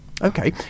Okay